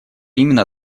именно